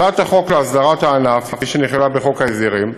הצעת החוק להסדרת הענף, כפי שנכללה בחוק ההסדרים,